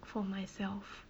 for myself